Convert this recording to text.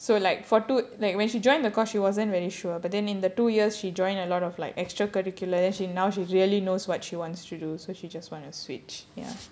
so like for two like when she joined the course she wasn't really sure but then in the two years she joined a lot of like extra curricular then she now she really knows what she wants to do so she just want to switch ya